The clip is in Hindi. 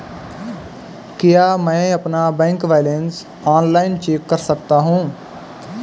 क्या मैं अपना बैंक बैलेंस ऑनलाइन चेक कर सकता हूँ?